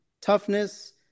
toughness